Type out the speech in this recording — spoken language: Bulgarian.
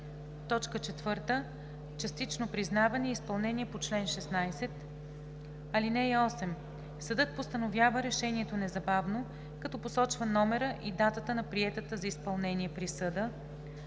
по чл. 15; 4. частично признаване и изпълнение по чл. 16. (8) Съдът постановява решението незабавно, като посочва номера и датата на приетата за изпълнение присъда,